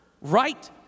Right